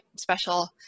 special